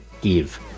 give